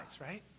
right